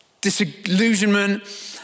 disillusionment